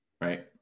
right